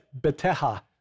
Beteha